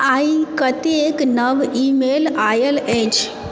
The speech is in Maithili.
आइ कतेक नव ईमेल आयल अछि